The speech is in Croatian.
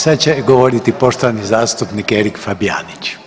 Sad će govoriti poštovani zastupnik Erik Fabijanić.